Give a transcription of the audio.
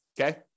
okay